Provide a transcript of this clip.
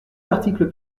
l’article